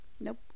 Nope